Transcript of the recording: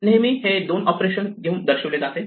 नेहमी हे दोन ऑपरेशन देऊन दर्शवले जाते